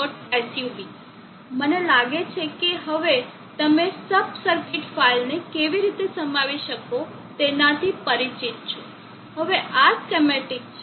sub મને લાગે છે કે હવે તમે સબ સર્કિટ ફાઇલને કેવી રીતે સમાવી શકો તેનાથી પરિચિત છો હવે આ સ્કેમેટીક છે